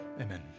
Amen